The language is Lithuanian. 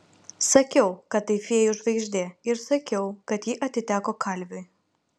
sakiau kad tai fėjų žvaigždė ir sakiau kad ji atiteko kalviui